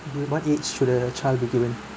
what age should a child be given